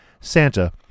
Santa